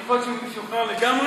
יכול להיות שהוא משוחרר לגמרי,